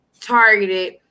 targeted